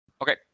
Okay